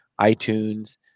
itunes